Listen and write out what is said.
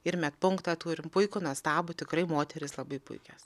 ir medpunktą turim puikų nuostabų tikrai moterys labai puikios